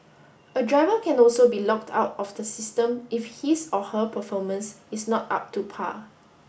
a driver can also be locked out of the system if his or her performance is not up to par